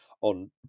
on